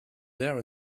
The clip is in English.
there